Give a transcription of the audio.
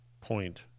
point